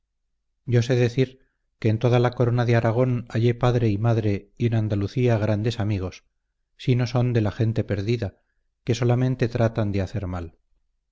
yo sé decir que en toda la corona de aragón hallé padre y madre y en andalucía grandes amigos si no son de la gente perdida que solamente tratan de hacer mal